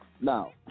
Now